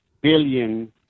billion